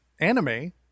anime